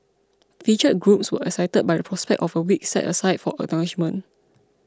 featured groups were excited by the prospect of a week set aside for acknowledgement